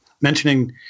mentioning